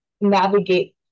navigate